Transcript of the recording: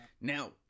Now